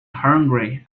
hungry